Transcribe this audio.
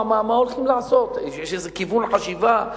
מה הולכים לעשות ואם יש איזה כיוון חשיבה.